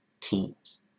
teams